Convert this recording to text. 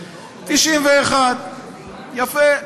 91. יפה.